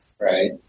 Right